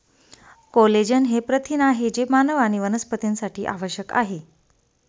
collagen हे प्रथिन आहे जे मानव आणि वनस्पतींसाठी आवश्यक आहे